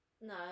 No